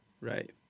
right